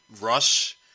Rush